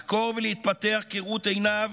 לחקור ולהתפתח כראות עיניו,